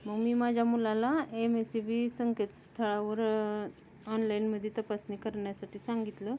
मग मी माझ्या मुलाला एम एस सी बी संकेत स्थळावर ऑनलाईनमध्ये तपासणी करण्यासाठी सांगितलं